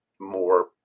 more